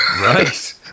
Right